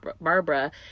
Barbara